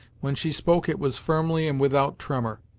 when she spoke it was firmly and without tremor.